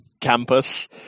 campus